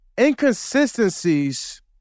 inconsistencies